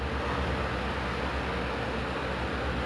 I think the the poop is gonna be more